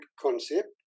concept